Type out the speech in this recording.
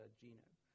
genome